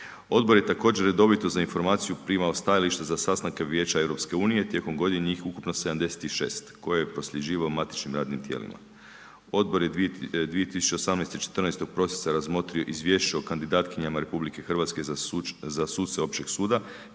Odbor je također redovito za informaciju primao stajališta za sastanke Vijeća EU, tijekom godine njih ukupno 76 koje je prosljeđivao matičnim radnim tijelima. Odbor je 2018. 14. prosinca razmotrio Izvješće o kandidatkinjama RH za suce općeg suda